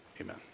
Amen